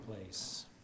Place